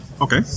Okay